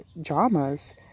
dramas